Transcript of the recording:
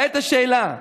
כעת השאלה: